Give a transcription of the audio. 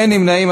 אין נמנעים.